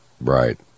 Right